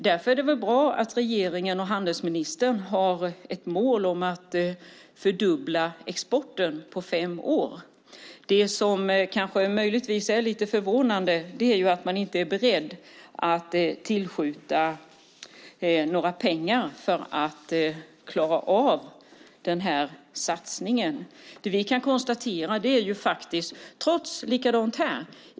Därför är det bra att regeringen och handelsministern har målet att fördubbla exporten på fem år. Det som möjligtvis är lite förvånande är att man inte är beredd att tillskjuta några pengar för att klara av den här satsningen. Vi kan konstatera att det är likadant här.